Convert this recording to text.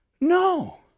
No